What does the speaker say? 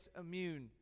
immune